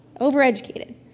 Overeducated